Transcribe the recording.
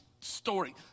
story